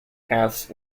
paths